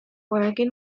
oregon